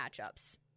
matchups